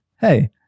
hey